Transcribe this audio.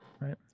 right